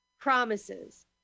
promises